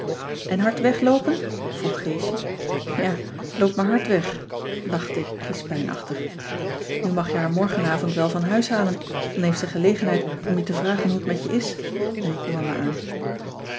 en hard wegloopen vroeg geesje ja loop maar hard weg lachte ik kiespijnachtig nu mag je haar morgenavond wel van huis halen dan heeft ze gelegenheid om je te vragen hoe t met je is ried noor me aan